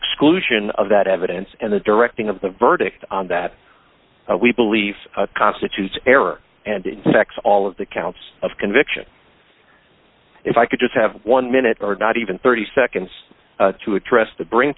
exclusion of that evidence and the directing of the verdict on that we believe constitutes error and infects all of the counts of conviction if i could just have one minute or not even thirty seconds to address the brin